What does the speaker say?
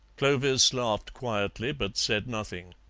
clovis laughed quietly, but said nothing.